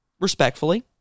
respectfully